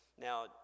Now